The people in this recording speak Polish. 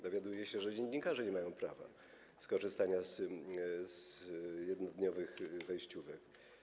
Dowiaduję się, że dziennikarze nie mają prawa skorzystania z jednodniowych wejściówek.